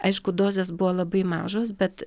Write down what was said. aišku dozės buvo labai mažos bet